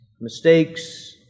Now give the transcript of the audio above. mistakes